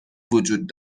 وجود